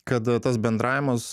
kad tas bendravimas